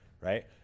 right